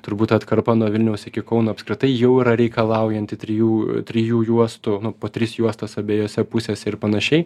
turbūt atkarpa nuo vilniaus iki kauno apskritai jau yra reikalaujanti trijų trijų juostų po tris juostas abiejose pusėse ir panašiai